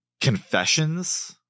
confessions